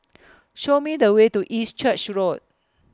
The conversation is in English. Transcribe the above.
Show Me The Way to East Church Road